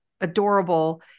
adorable